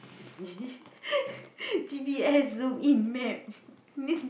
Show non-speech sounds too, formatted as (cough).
(laughs) G_P_S loop in map (laughs)